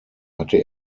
hatte